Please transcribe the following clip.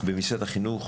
במשרד החינוך